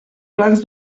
plans